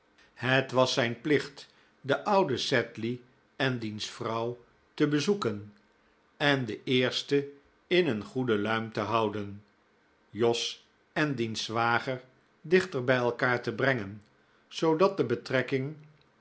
het was zijn plicht den ouden sedley en diens vrouw te bezoeken en den eerste in een goede luim te houden jos en diens zwager dichter bij elkaar te brengen zoodat de betrekking